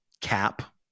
cap